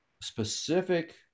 specific